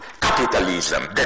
capitalism